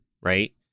Right